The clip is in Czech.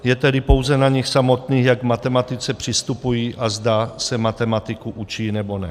Je tedy pouze na nich samotných, jak k matematice přistupují a zda se matematiku učí, nebo ne.